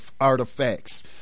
artifacts